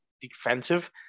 defensive